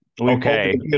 Okay